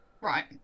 Right